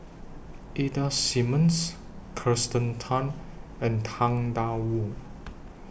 Ida Simmons Kirsten Tan and Tang DA Wu